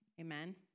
Amen